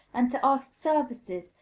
and to ask services,